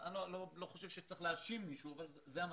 אני לא חושב שצריך להאשים מישהו אבל זה המצב.